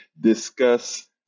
discuss